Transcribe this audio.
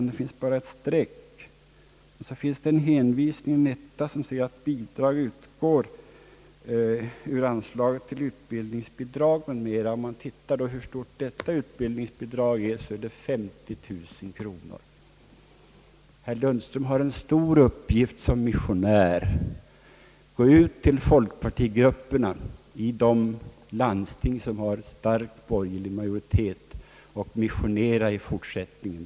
Det finns bara ett streck och så en hänvisning, som meddelar att bidrag utgår ur anslaget till utbildningsbidrag m.m. Om man ser efter hur stort detta utbildningsbidrag är, finner man att det är 50 000 kronor. Herr Lundström har en stor uppgift som missionär! Gå ut till folkpartigrupperna i de landsting som har en stark borgerlig majoritet och missionera i fortsättningen!